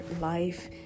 life